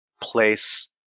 place